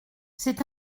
c’est